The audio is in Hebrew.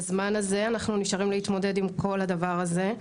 בזמן הזה אנחנו נשארים להתמודד עם כל הדבר הזה,